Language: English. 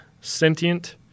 Sentient